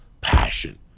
Passion